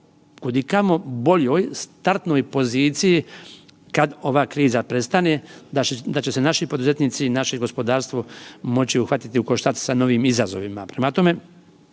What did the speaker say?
kudikamo boljoj startnoj poziciji kad ova kriza prestane, da će se naši poduzetnici i naše gospodarstvo moći uhvatiti u koštac sa novim izazovima. Prema tome,